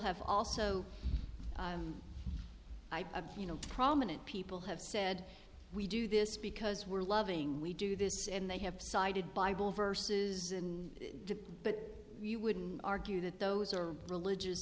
also you know prominent people have said we do this because we're loving we do this and they have decided bible verses in but you wouldn't argue that those are religious